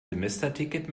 semesterticket